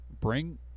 Bring